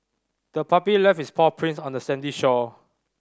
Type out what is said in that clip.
the puppy left its paw prints on the sandy shore